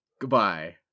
Goodbye